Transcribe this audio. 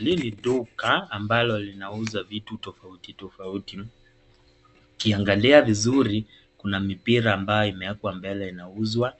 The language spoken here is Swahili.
Lili duka ambalo linauza vitu tofautitofauti, ukiangalia vizuri kuna mipira ambayo imewekwa mbele inauzwa,